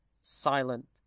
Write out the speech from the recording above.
Silent